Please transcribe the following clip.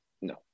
No